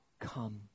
come